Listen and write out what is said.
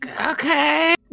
Okay